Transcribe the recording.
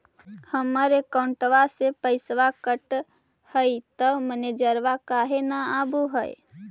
हमर अकौंटवा से पैसा कट हई त मैसेजवा काहे न आव है?